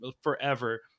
forever